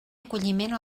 acolliment